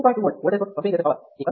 2V voltage source పంపిణీ చేసే power 2